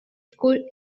school